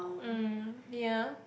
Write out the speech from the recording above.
mm ya